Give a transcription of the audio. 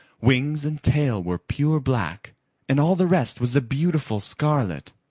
wings and tail were pure black and all the rest was a beautiful scarlet.